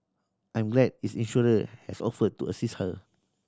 I'm glad its insurer has offered to assist her